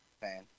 fan